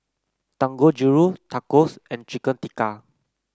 Dangojiru Tacos and Chicken Tikka